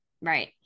right